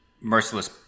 merciless